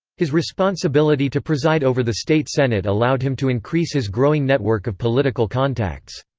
his responsibility to preside over the state senate allowed him to increase his growing network of political contacts.